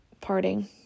parting